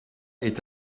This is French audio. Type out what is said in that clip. est